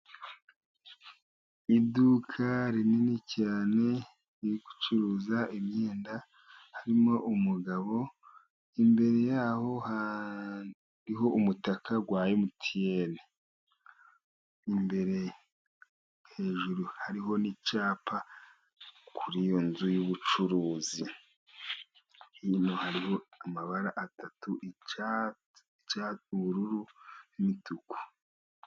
Iduka rinini cyane riri gucuruza imyenda harimo umugabo, imbere yaho hariho umutaka wa emutiyene, imbere hejuru hariho n'icyapa kuri iyo nzu y'ubucuruzi, inyuma hariho amabara atatu icyatsi, ubururu n'imituku.